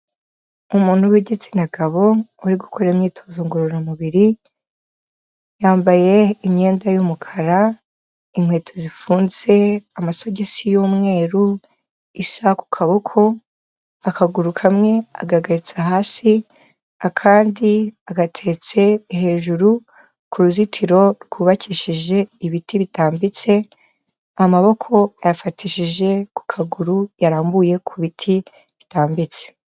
Umuntu w'igitsina gabo uri gukora imyitozo ngororamubiri yambaye imyenda y'umukara, inkweto zifunze, amasogisi y'umweru, isaha ku kaboko, akaguru kamwe agahatse hasi akandi agatetse hejuru ku ruzitiro rwubakishije ibiti bitambitse, amaboko yayafatishije ku kaguru yarambuye ku biti bitambitse.